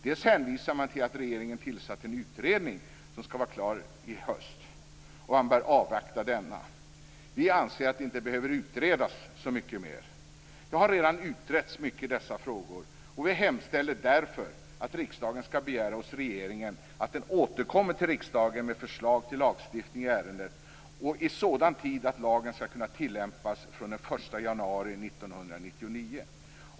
Dels hänvisar man till att regeringen tillsatt en utredning som skall vara klar i höst. Man bör avvakta denna. Vi anser att detta inte behöver utredas mer. Det har redan utretts mycket i dessa frågor. Vi hemställer därför att riksdagen skall begära hos regeringen att den återkommer till riksdagen med förslag till lagstiftning i ärendet i sådan tid att lagen skall kunna tillämpas från den 1 januari 1999.